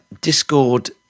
discord